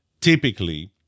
typically